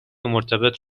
مرتبط